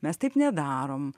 mes taip nedarom